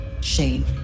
Shane